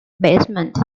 basement